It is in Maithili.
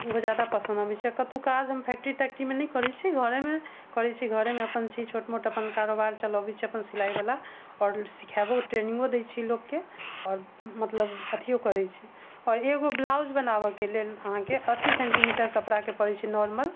ओहो जादा पसन्द अबै छै कतौ काज हम फैक्ट्री तैक्ट्री मे नहि करै छी घरे मे करै छी घरे मे अपन छी छोट मोट कारबार चलबै छी अपन सिलाइ वाला आओर सिखेबो ट्रेनिंगो दै छी लोकके आओर मतलब अथियो करै छी आओर एगो ब्लाउज बनाबऽ के लेल अहाँके अस्सी सेंटीमीटर कपड़ा के पड़ै छै नॉर्मल